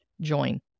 join